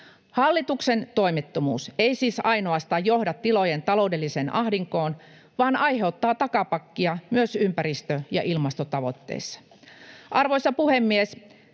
Hallituksen toimettomuus ei siis ainoastaan johda tiloja taloudelliseen ahdinkoon vaan aiheuttaa takapakkia myös ympäristö- ja ilmastotavoitteissa. Arvoisa puhemies!